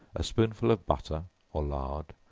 a spoonful of butter or lard,